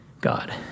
God